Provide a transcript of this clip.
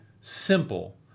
simple